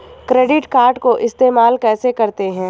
Credit card को इस्तेमाल कैसे करते हैं?